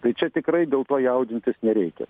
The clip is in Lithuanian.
tai čia tikrai dėl to jaudintis nereikia